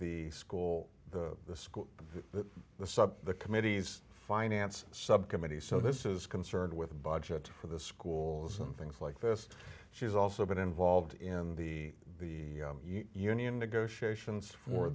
the school that the sub the committees finance subcommittee so this is concerned with the budget for the schools and things like this she's also been involved in the the union negotiations